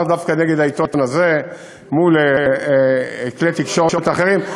דווקא נגד העיתון הזה מול כלי תקשורת אחרים,